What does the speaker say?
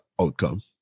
outcome